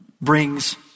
brings